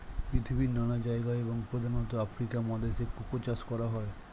পৃথিবীর নানা জায়গায় এবং প্রধানত আফ্রিকা মহাদেশে কোকো চাষ করা হয়